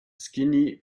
skinny